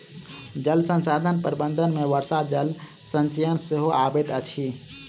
जल संसाधन प्रबंधन मे वर्षा जल संचयन सेहो अबैत अछि